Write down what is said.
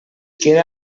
queda